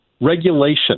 regulation